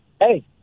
Hey